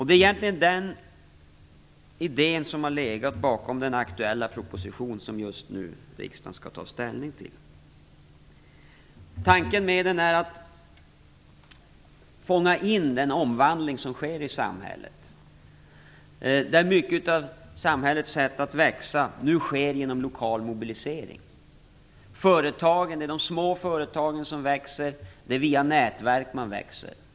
Det är egentligen den idén som har legat bakom den aktuella proposition som riksdagen nu skall ta ställning till. Tanken är att fånga in den omvandling som sker i samhället. Samhället växer nu till stor del genom lokal mobilisering. Det är de små företagen som växer. Man växer via nätverk.